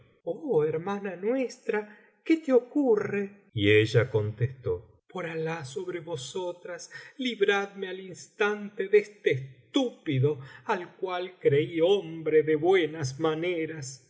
oh hermana nuestra qué te ocurre y ella contestó por alah sobre vosotras biblioteca valenciana generalitat valenciana histohia del jorobado libradme al instante de este estúpido al cual creí hombre de buenas maneras